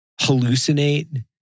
hallucinate